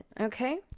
okay